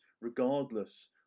regardless